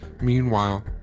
Meanwhile